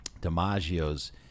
dimaggio's